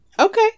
Okay